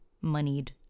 moneyed